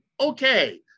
okay